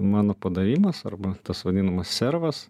mano padavimas arba tas vadinamas servas